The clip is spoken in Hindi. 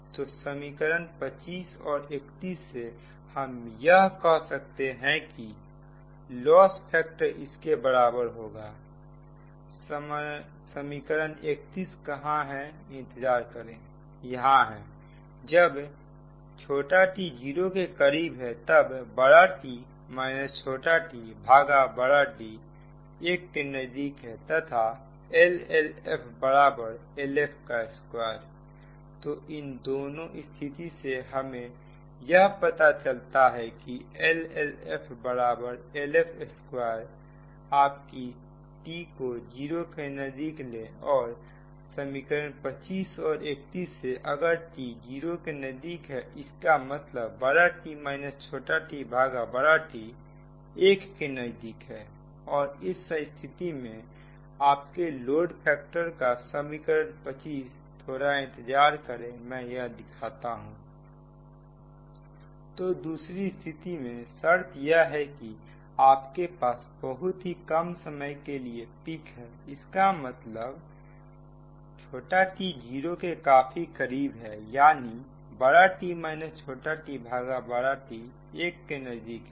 तो समीकरण 25 और 31 से हम यह कह सकते हैं कि लॉस फैक्टर इसके बराबर होगा समीकरण 31 कहां है इंतजार करें यहां है जब t 0 के करीब है तबT एक के नजदीक है तथा LLF LF2 तो इन दोनों स्थिति से हमें यह पता चलता है कि LLF LF2 आपकी t को 0 के नजदीक ले और समीकरण 25 और 31 से अगर t 0 के नजदीक है इसका मतलब T 1 के नजदीक है और इस स्थिति में आपके लोड फैक्टर का समीकरण 25 थोड़ा इंतजार करें मैं यहां लिख देता हूं तो दूसरी स्थिति में शर्त यह है कि आपके पास बहुत ही कम समय के लिए पिक है इसका मतलब t जीरो के काफी करीब है यानी T एक के नजदीक है